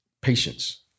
patience